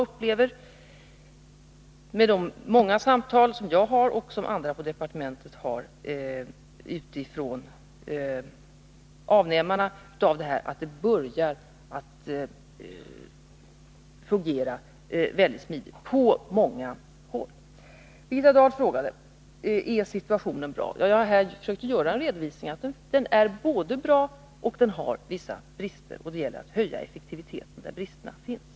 Av de många samtal som jag och många andra på departementet har med företrädare för avnämarna upplever vi att det här börjar fungera väldigt smidigt på många håll. Birgitta Dahl frågade: Är situationen på energihushållningsområdet bra? Jag har här försökt göra en redovisning. Den är bra, och den uppvisar vissa brister. Det gäller att höja effektiviteten där brister finns.